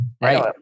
right